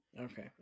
okay